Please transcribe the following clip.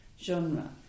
genre